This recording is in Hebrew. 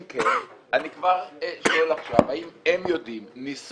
אני כבר שואל עכשיו האם הם ניסו